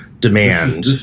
demand